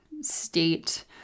state